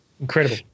incredible